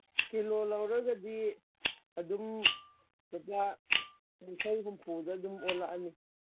kilo ꯂꯧꯔꯒꯗꯤ ꯑꯗꯨꯝ ꯂꯨꯄꯥ ꯌꯥꯡꯈꯩ ꯍꯨꯝꯐꯨꯗ ꯑꯗꯨꯝ ꯑꯣꯜꯂꯛꯑꯅꯤ